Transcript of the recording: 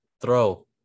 throw